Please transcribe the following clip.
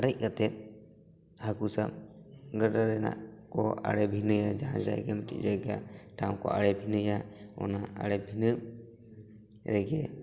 ᱟᱨᱮᱡ ᱠᱟᱛᱮ ᱦᱟᱹᱠᱩ ᱥᱟᱵ ᱜᱟᱰᱟ ᱨᱮᱱᱟᱜ ᱠᱚ ᱟᱲᱮ ᱵᱷᱤᱱᱟᱹᱭᱟ ᱡᱟᱦᱟᱸ ᱡᱟᱭᱜᱟ ᱢᱤᱫᱴᱤᱡ ᱡᱟᱭᱜᱟ ᱴᱷᱟᱣ ᱠᱚ ᱟᱲᱮ ᱵᱷᱤᱱᱟᱹᱭᱟ ᱚᱱᱟ ᱟᱲᱮ ᱵᱷᱤᱱᱟᱹ ᱨᱮᱜᱮ